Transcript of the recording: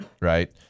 Right